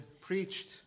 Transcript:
preached